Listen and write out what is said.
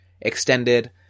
extended